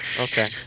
Okay